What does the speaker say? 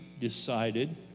decided